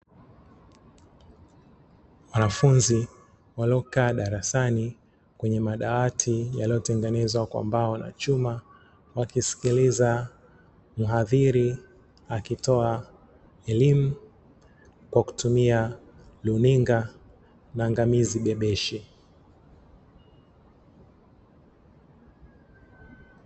Wanafunzi waliokaa darasani kwenye madawati yaliyo tengenezwa kwa mbao na chuma, wakisikiliza mhadhiri akitoa elimu kwa kutumia runinga na angamizi bebeshi.